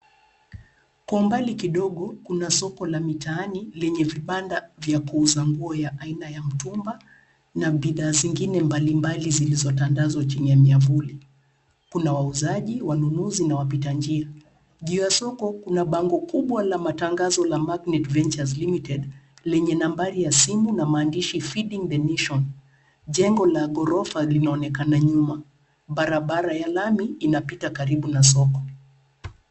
Kwa umbali kidogo kuna soko la mitaani lenye vibanda vya kuuza nguo ya aina ya mtumba na bidhaa zingine mbalimbali zilizotandazwa chini ya miavuli. Kuna wauzaji, wanunuzi na wapita njia. Juu ya soko kuna bango kubwa la matangazo la Magnet Ventures Limited lenye nambari ya simu na maandishi feeding the nation . Jengo la ghorofa linaonekana nyuma. Barabara ya lami inapita karibu na soko.